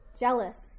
jealous